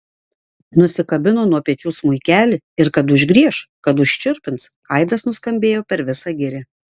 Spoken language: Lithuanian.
nusikabino nuo pečių smuikelį ir kad užgrieš kad užčirpins aidas nuskambėjo per visą girią